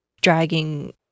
dragging